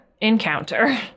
encounter